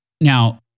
Now